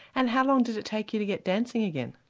and how long did it take you to get dancing again?